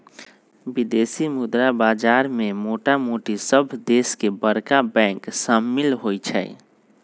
विदेशी मुद्रा बाजार में मोटामोटी सभ देश के बरका बैंक सम्मिल होइ छइ